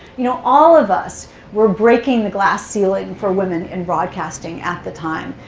you know all of us were breaking the glass ceiling for women in broadcasting at the time.